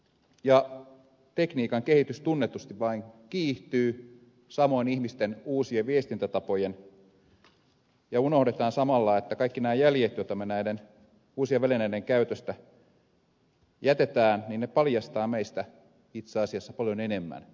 ja tekniikan kehitys tunnetusti vain kiihtyy samoin ihmisten uusien viestintätapojen ja unohdetaan samalla että kaikki nämä jäljet joita me näiden uusien välineiden käytöstä jätämme paljastavat meistä itse asiassa paljon enemmän kuin me ikinä uskommekaan